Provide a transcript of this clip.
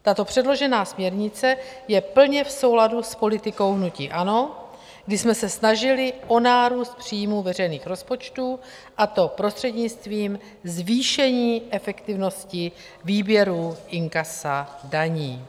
Tato předložená směrnice je plně v souladu s politikou hnutí ANO, kdy jsme se snažili o nárůst příjmů veřejných rozpočtů, a to prostřednictvím zvýšení efektivnosti výběru inkasa daní.